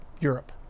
Europe